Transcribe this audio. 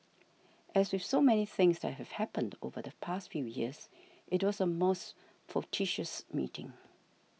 as with so many things that have happened over the past few years it was a most fortuitous meeting